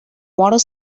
want